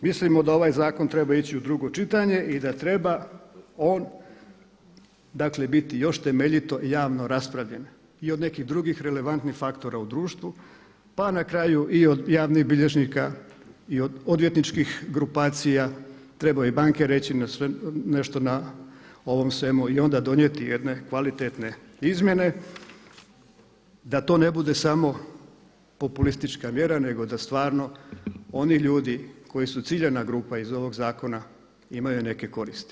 Mislimo da ovaj zakon treba ići u drugo čitanje i da treba on, dakle biti još temeljito i javno raspravljen i od nekih drugih relevantnih faktora u društvu, pa na kraju i od javnih bilježnika i od odvjetničkih grupacija trebaju i banke reći nešto na ovom svemu i onda donijeti jedne kvalitetne izmjene da to ne bude samo populistička mjera nego da stvarno oni ljudi koji su ciljana grupa iz ovog zakona imaju neke koristi.